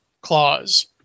clause